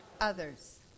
others